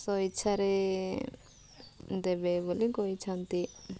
ସ୍ୱଇଚ୍ଛାରେ ଦେବେ ବୋଲି କହିଛନ୍ତି